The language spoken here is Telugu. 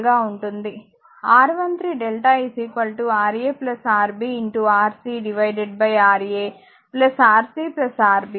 R13డెల్టా Ra Rb Rc Ra Rc Rb